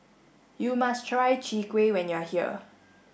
you must try Chwee Kueh when you are here